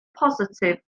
positif